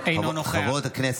אינו נוכח חברות הכנסת,